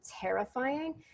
terrifying